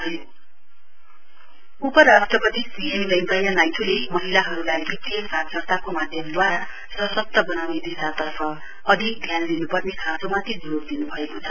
vice president उपराष्ट्रपति Shri M Venkaiah नायड्ले महिलाहरूलाई वित्तीय साक्षरताको माध्यमदवारा सशक्त बनाउने दिशातर्फ अधिक ध्यान दिनुपर्ने खाँचोमाथि जोड़ दिनुभएको छ